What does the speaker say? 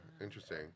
interesting